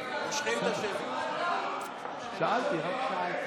היושב-ראש, הקואליציה הלכה.